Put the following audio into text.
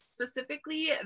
specifically